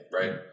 Right